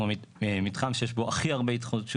אנחנו מתחם שיש בו הכי הרבה התחדשות